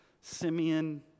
Simeon